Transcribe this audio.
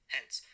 Hence